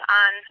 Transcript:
on